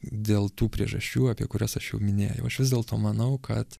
dėl tų priežasčių apie kurias aš jau minėjau aš vis dėlto manau kad